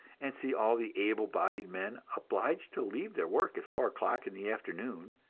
and see all the able-bodied men obliged to leave their work at four o'clock in the afternoon,